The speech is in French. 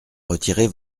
retirer